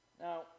Now